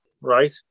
right